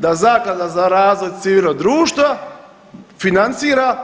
Da Zaklada za razvoj civilnog društva financira